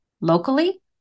locally